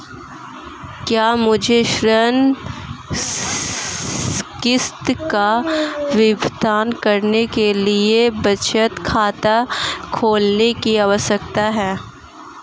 क्या मुझे ऋण किश्त का भुगतान करने के लिए बचत खाता खोलने की आवश्यकता है?